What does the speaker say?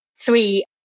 three